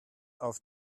auf